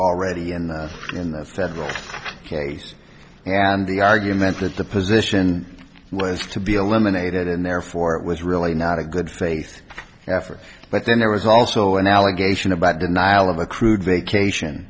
already and in the federal case and the argument that the position was to be eliminated and therefore it was really not a good faith effort but then there was also an allegation about denial of accrued vacation